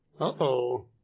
uh-oh